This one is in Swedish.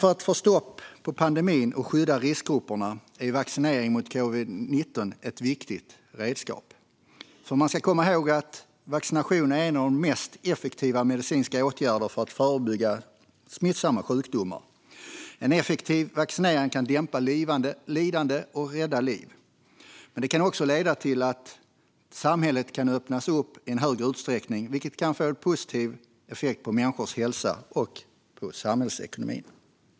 För att få stopp på pandemin och skydda riskgrupperna är vaccinering mot covid-19 ett viktigt redskap. Man ska nämligen komma ihåg att vaccination är en av de mest effektiva medicinska åtgärderna för att förebygga smittsamma sjukdomar. En effektiv vaccinering kan dämpa lidande och rädda liv. Men den kan också leda till att samhället kan öppnas upp i högre utsträckning, vilket kan få positiv effekt på människors hälsa och på samhällsekonomin.